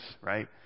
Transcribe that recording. right